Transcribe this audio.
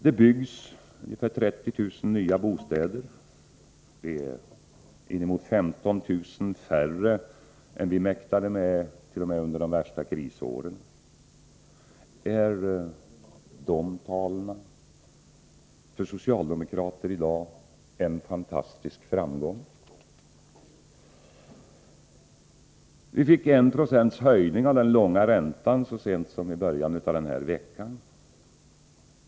Det byggs ungefär 30 000 nya bostäder, vilket är inemot 15 000 färre än vi mäktade med t.o.m. under de värsta krisåren. Är de talen för socialdemokrater i dag en fantastisk framgång? Vi fick 1 70 höjning av den långa räntan så sent som i början av den här veckan.